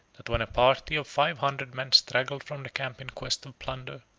that when a party of five hundred men straggled from the camp in quest of plunder,